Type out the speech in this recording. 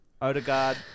Odegaard